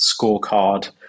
scorecard